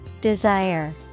Desire